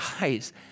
Guys